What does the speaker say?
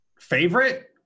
Favorite